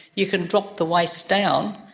you can drop the waste down.